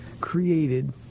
created